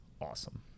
awesome